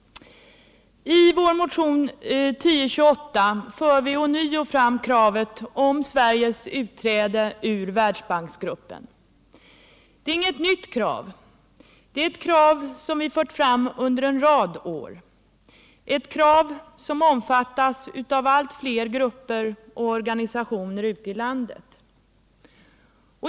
I vår motion 1028 för vi ånyo fram kravet om Sveriges utträde ur Världsbanksgruppen. Det är inget nytt krav — det är ett krav vi fört fram under en rad år, ett krav som omfattas av allt fler grupper och organisationer ute i landet.